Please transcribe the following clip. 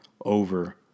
over